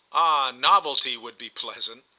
novelty would be pleasant!